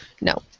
No